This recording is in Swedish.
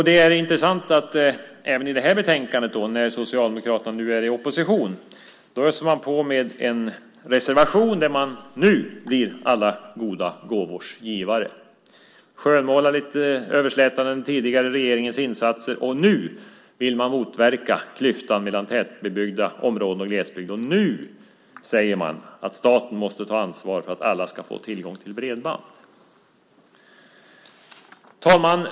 Det är intressant att även Socialdemokraterna i detta betänkande när de nu är opposition öser på med en reservation där de blir alla goda gåvors givare. De skönmålar lite överslätande den tidigare regeringens insatser. Nu vill de motverka klyftan mellan tätbebyggda områden och glesbygd. Nu säger de att staten måste ta ansvar för att alla ska få tillgång till bredband. Herr talman!